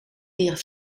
leren